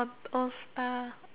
auto star